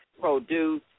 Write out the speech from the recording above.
produce